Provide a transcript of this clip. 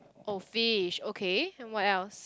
oh fish okay and what else